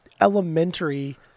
elementary